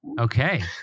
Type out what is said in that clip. Okay